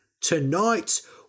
Tonight